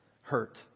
Hurt